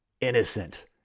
Innocent